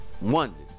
wonders